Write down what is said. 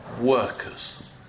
workers